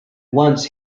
once